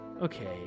Okay